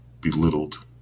belittled